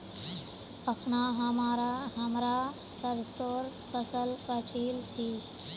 अखना हमरा सरसोंर फसल काटील छि